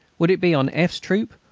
would it be on f s troop,